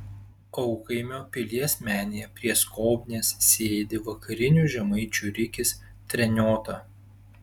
aukaimio pilies menėje prie skobnies sėdi vakarinių žemaičių rikis treniota